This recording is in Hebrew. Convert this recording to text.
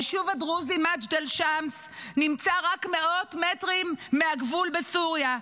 היישוב הדרוזי מג'דל שמס נמצא רק מאות מטרים מהגבול עם סוריה,